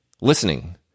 Listening